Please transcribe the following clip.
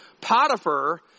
Potiphar